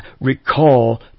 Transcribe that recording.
recall